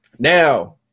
Now